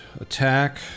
attack